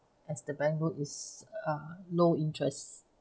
as the bank low is uh low interest